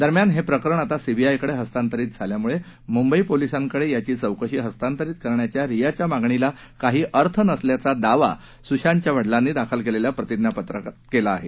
दरम्यान हे प्रकरण आता सीबीआयकडे हस्तांतरित झाल्यानं मुंबई पोलिसांकडे याची चौकशी हस्तांतरित करण्याच्या रियाच्या मागणीला काही अर्थ नसल्याचा दावा सुशांतच्या वडीलांनी दाखल केलेल्या प्रतिज्ञापत्रात करण्यात आला आहे